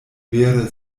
vere